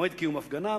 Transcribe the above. מועד קיום ההפגנה,